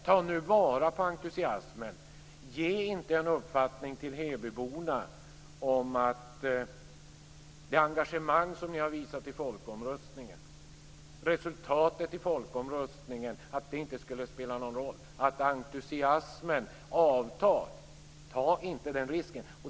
Ta nu vara på entusiasmen och ge inte hebyborna den uppfattningen att det engagemang som de visat i en folkomröstning och resultatet av folkomröstningen inte spelar någon roll, så att entusiasmen avtar. Ta inte den risken!